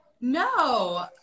no